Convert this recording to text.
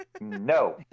No